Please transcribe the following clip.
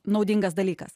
naudingas dalykas